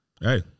Hey